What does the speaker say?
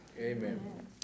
Amen